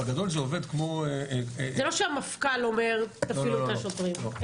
בגדול זה עובד כמו --- זה לא שהמפכ"ל אומר 'תפעילו את המטוסים'.